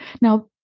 Now